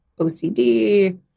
OCD